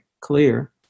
clear